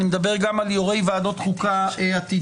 אני מדבר גם על יושבי ראש ועדות חוקה עתידיים.